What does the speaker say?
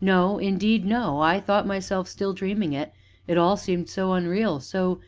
no indeed, no i thought myself still dreaming it it all seemed so unreal, so